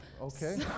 Okay